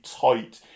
tight